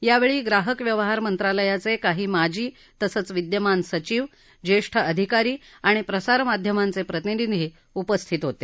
यावेळी ग्राहक व्यवहार मंत्रालयाचे काही माजी तसंच विद्यमान सचिव ज्येष्ठ अधिकारी आणि प्रसारमाध्यमांचे प्रतिनिधी उपस्थित होते